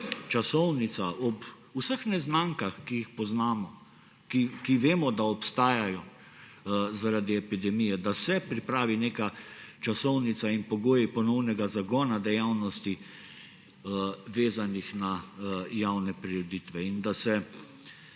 časovnica ob vseh neznankah, ki jih poznamo, ki vemo, da obstajajo zaradi epidemije, da se pripravijo neka časovnica in pogoji ponovnega zagona dejavnosti, vezanih na javne prireditve. In da se